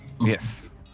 Yes